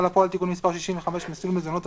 לפועל (תיקון מס' 65) (מסלול מזונות),